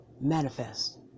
manifest